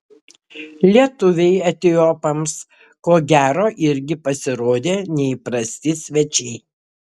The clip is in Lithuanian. lietuviai etiopams ko gero irgi pasirodė neįprasti svečiai